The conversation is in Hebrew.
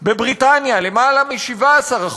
בבריטניה, יותר מ-17%.